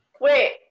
wait